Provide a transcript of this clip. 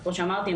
כמו שאמרתי,